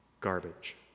garbage